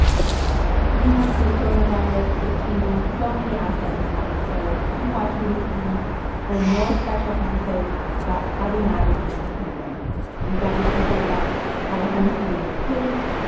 we know that the coronavirus is changing so many aspects of life, so keep watching this feed for more special episodes about how to navigate this pandemic. we've got an episode about how to homeschool your kids,